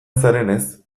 zarenez